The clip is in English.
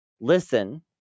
listen